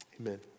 Amen